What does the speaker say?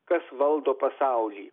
kas valdo pasaulį